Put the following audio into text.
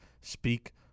speak